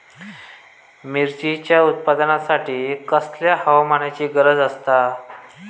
मिरचीच्या उत्पादनासाठी कसल्या हवामानाची गरज आसता?